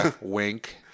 wink